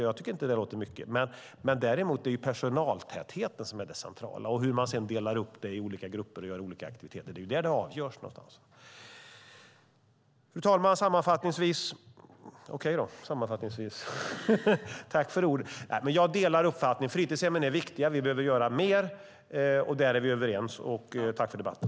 Jag tycker inte att det låter mycket. Däremot är personaltätheten det centrala och hur man sedan delar upp det i olika grupper och gör olika aktiviteter. Det är där det någonstans avgörs. Fru talman! Jag delar sammanfattningsvis uppfattningen att fritidshemmen är viktiga. Vi behöver göra mer, och där är vi överens. Tack för debatten.